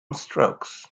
strokes